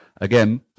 again